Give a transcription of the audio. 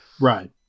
right